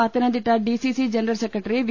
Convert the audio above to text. പത്തനം തിട്ട DCC general secretary V